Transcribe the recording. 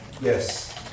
Yes